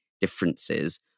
differences